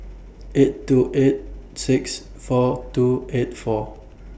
eight two eight six four two eight four